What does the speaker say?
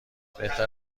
بهتر